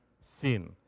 sin